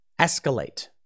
Escalate